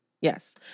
Yes